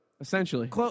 essentially